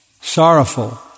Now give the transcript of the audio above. sorrowful